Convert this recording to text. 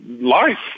life